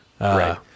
right